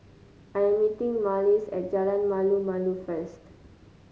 I am meeting Marlys at Jalan Malu Malu first